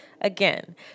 Again